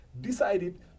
decided